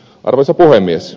arvoisa puhemies